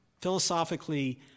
philosophically